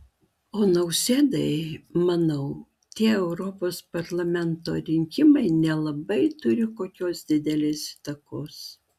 o nausėdai manau tie europos parlamento rinkimai nelabai turi kokios didelės įtakos